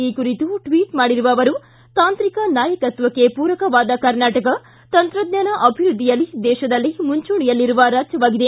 ಈ ಕುರಿತು ಟ್ವಿಟ್ ಮಾಡಿರುವ ಅವರು ತಾಂತ್ರಿಕ ನಾಯಕತ್ವಕ್ಕೆ ಪೂರಕವಾದ ಕರ್ನಾಟಕ ತಂತ್ರಜ್ಞಾನ ಅಭಿವೃದ್ಧಿಯಲ್ಲಿ ದೇತದಲ್ಲೇ ಮುಂಚೂಣಿಯಲ್ಲಿರುವ ರಾಜ್ಯವಾಗಿದೆ